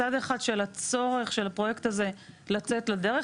מצד אחד של הצורך של הפרויקט הזה לצאת לדרך,